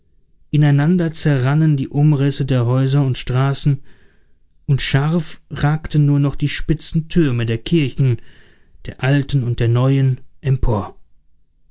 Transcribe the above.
ineinander zerrannen die umrisse der häuser und straßen und scharf ragten nur noch die spitzen türme der kirchen der alten und der neuen empor